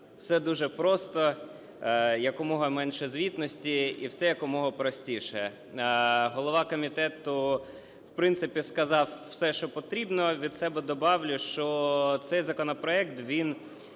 все дуже просто, якомога менше звітності, і все якомога простіше. Голова комітету, в принципі, сказав все, що потрібно. Від себе добавлю, що цей законопроект, він